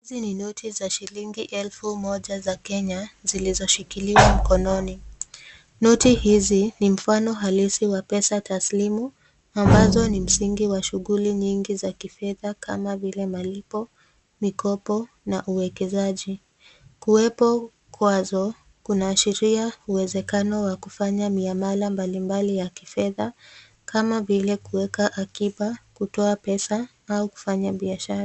Hizi ni noti za shilingi elfi moja za kenya zilizoshikiliwa mkononi, Noti hizi ni mfano halisi wa pesa taslimu ambazo ni msingi wa shughuli nyingi za kifedha kama vile malipo, mikopo na uwekezaji, Kuwepo kwazo kunaishiaria uwezekano wa kufanya miamala mbalimbali ya kifedha kama vile kuweka akipa kutoa pesa au kufanya biashara.